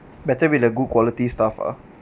better with a good quality stuff ah